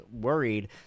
worried